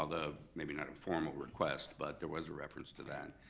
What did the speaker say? although maybe not a formal request, but there was a reference to that.